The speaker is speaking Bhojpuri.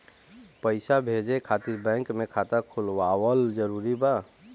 पईसा भेजे खातिर बैंक मे खाता खुलवाअल जरूरी बा?